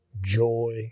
joy